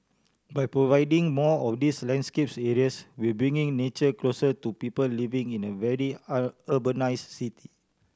by providing more of these landscapes areas we bringing nature closer to people living in a very an urbanise city